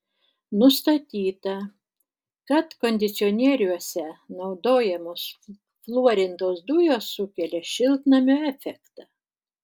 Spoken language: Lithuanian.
nustatyta kad kondicionieriuose naudojamos fluorintos dujos sukelia šiltnamio efektą